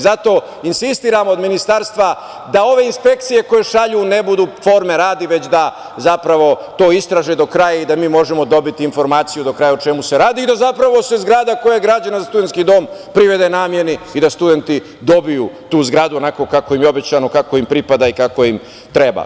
Zato, insistiram od ministarstva da ove inspekcije koje šalju ne budu forme radi, već da to zapravo istraže do kraja i da mi možemo dobiti informaciju do kraja o čemu se radi i da zapravo se zgrada koja je građena za studentski dom privede nameni i da studenti dobiju tu zgradu onako kako im je obećano, kako im pripada i kako im treba.